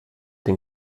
den